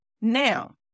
Now